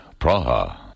Praha